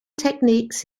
techniques